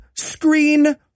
screen